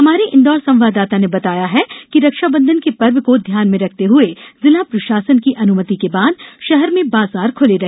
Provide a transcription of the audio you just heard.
हमारे इंदौर संवाददाता ने बताया है कि रक्षाबंधन के पर्व को ध्यान में रखते हुए जिला प्रशासन की अनुमति के बाद शहर में बाजार खुले रहे